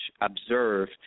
observe